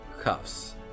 Cuffs